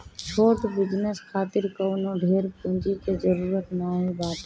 छोट बिजनेस खातिर कवनो ढेर पूंजी के जरुरत नाइ बाटे